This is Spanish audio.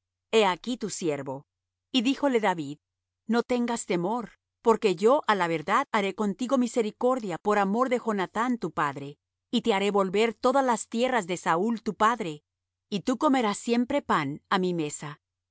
he aquí tu siervo y díjole david no tengas temor porque yo á la verdad haré contigo misericordia por amor de jonathán tu padre y te haré volver todas las tierras de saúl tu padre y tú comerás siempre pan á mi mesa